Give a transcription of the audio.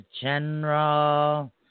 general